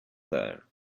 there